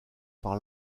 par